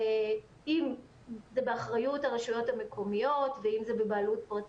אם זה באחריות הרשויות המקומיות ואם זה בבעלות פרטית,